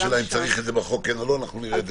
אם צריך את זה בחוק כן או לא נראה.